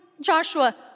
Joshua